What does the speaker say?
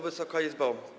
Wysoka Izbo!